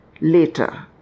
later